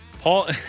Paul